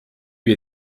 lui